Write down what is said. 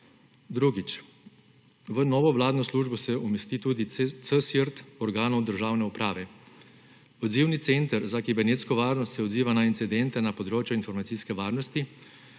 Drugič, v novo vladno službo se umesti tudi CSIRT organov državne uprave. Odzivni center za kibernetsko varnost se odziva na incidente na področju informacijske varnosti,